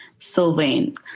Sylvain